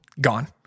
gone